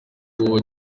kiraro